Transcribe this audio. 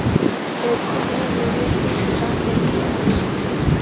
शैक्षिक ऋण लेवे के बा कईसे आवेदन करी?